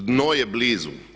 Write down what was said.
Dno je blizu.